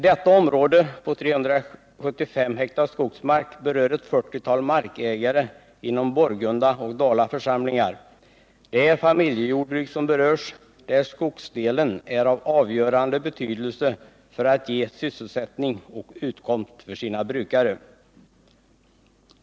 Detta område på 375 hektar skogsmark berör ett 40-tal markägare inom Borgunda och Dala församlingar. Det är familjejordbruk som berörs, där skogsdelen är av avgörande betydelse för att ge sysselsättning och utkomst för sina brukare.